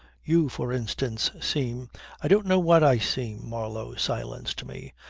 you for instance seem i don't know what i seem, marlow silenced me,